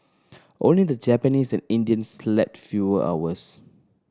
only the Japanese and Indians slept fewer hours